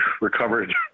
recovered